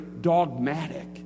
dogmatic